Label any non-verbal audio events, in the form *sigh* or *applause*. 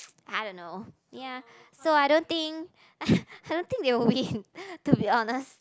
I don't know ya so I don't think *breath* I don't think they will win to be honest